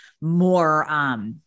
more